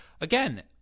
again